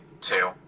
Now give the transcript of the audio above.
two